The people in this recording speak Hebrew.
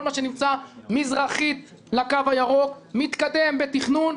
כל מה שנמצא מזרחית לקו הירוק מתקדם בתכנון,